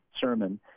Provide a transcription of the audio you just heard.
sermon